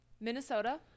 minnesota